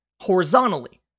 horizontally